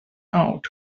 out